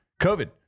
COVID